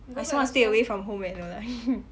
I also want to stay away from home eh no lah